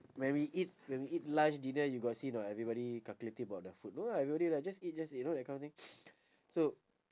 when we eat when we eat lunch dinner you got see not everybody calculative about their food no lah we only like just eat just eat you know that kind of thing so